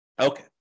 Okay